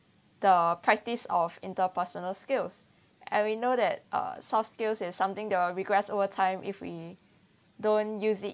the practice of interpersonal skills and we know that uh soft skills is something that will regress over time if we don't use it